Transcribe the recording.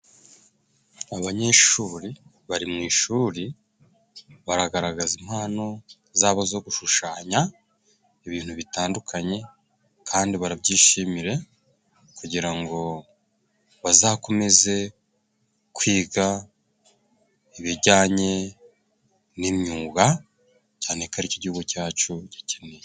Abanyeshuri bari mu ishuri, baragaragaza impano zabo zo gushushanya ibintu bitandukanye, kandi barabyishimira kugira ngo bazakomeze kwiga ibijyanye n'imyuga, cyane ko ari cyo igihugu cyacu gikeneye.